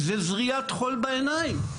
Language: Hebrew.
זה זריית חול בעיניים.